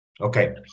Okay